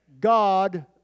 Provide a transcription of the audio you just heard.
God